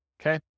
okay